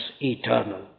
eternal